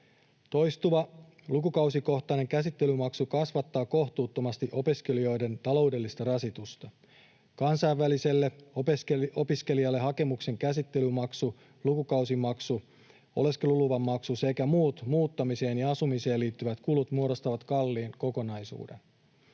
Toistuva lukukausikohtainen käsittelymaksu kasvattaa kohtuuttomasti opiskelijoiden taloudellista rasitusta. Kansainväliselle opiskelijalle hakemuksen käsittelymaksu, lukukausimaksu, oleskeluluvan maksu sekä muut muuttamiseen ja asumiseen liittyvät kulut muodostavat kalliin kokonaisuuden.